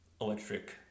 electric